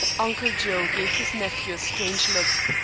uncle joe gave his nephew a strange look,